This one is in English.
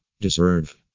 deserve